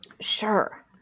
Sure